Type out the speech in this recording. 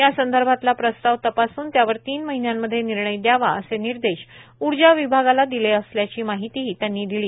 यासंदर्भातला प्रस्ताव तपासून त्यावर तीन महिन्यांमध्ये निर्णय द्यावा असे निर्देश उर्जा विभागाला दिले असल्याची माहितीही त्यांनी दिली